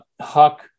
Huck